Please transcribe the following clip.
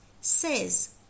says